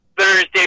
Thursday